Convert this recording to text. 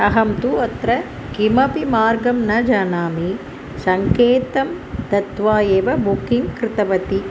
अहं तु अत्र किमपि मार्गं न जानामि सङ्केतं दत्वा एव बुक्किङ् कृतवती